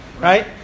right